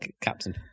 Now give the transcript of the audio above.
Captain